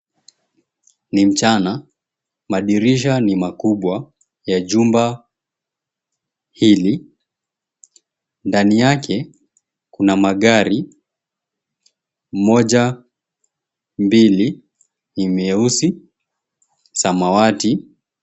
Ni mchana madirisha ni makubwa ya jumba hili ndani yake kuna magari moja mbili ni meusi, samawati.